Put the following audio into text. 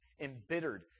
embittered